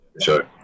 sure